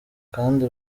kandi